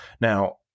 Now